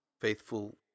faithful